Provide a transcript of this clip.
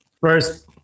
First